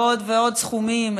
עוד ועוד סכומים,